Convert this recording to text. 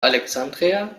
alexandria